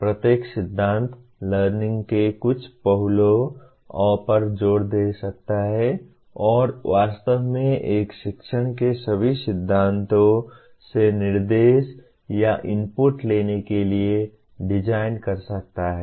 प्रत्येक सिद्धांत लर्निंग के कुछ पहलुओं पर जोर दे सकता है और वास्तव में एक शिक्षण के सभी सिद्धांतों से निर्देश या इनपुट लेने के लिए डिजाइन कर सकता है